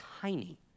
tiny